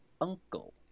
uncle